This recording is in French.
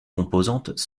composantes